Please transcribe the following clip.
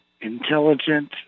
intelligent